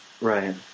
Right